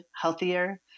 healthier